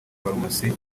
farumasi